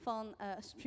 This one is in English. Van